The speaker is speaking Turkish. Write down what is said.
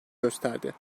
gösterdi